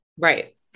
Right